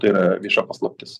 tai yra vieša paslaptis